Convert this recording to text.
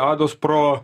ados pro